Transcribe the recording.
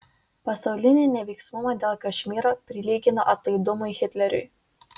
pasaulinį neveiksnumą dėl kašmyro prilygino atlaidumui hitleriui